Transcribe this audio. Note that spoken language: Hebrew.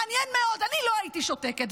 מעניין מאוד, אני לא הייתי שותקת.